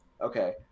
okay